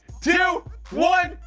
two, one,